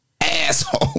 asshole